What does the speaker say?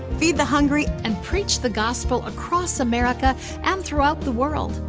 feed the hungry. and preach the gospel across america and throughout the world.